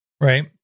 right